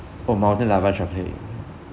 oh molten lava chocolate ca~